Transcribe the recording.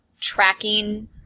tracking